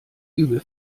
übel